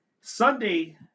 Sunday